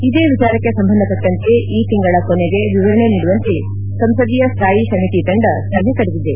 ಇದೇ ವಿಚಾರಕ್ಷೆ ಸಂಬಂಧಪಟ್ಟಂತೆ ಈ ತಿಂಗಳ ಕೊನೆಗೆ ವಿವರಣೆ ನೀಡುವಂತೆ ಸಂಸದೀಯ ಸ್ಥಾಯಿ ಸಮಿತಿ ತಂಡ ಸಭೆ ಕರೆದಿದೆ